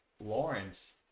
Lawrence